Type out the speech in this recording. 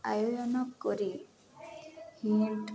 ଆୟୋଜନ କରି ହିଟ୍